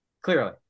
clearly